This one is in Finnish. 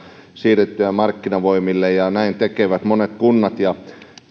siirrettävän markkinavoimille ja näin tekevät monet kunnat